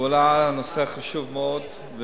שהעלה נושא חשוב מאוד,